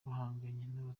bahanganye